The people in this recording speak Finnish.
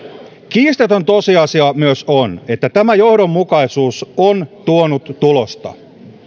kiistaton tosiasia myös on että tämä johdonmukaisuus on tuonut tulosta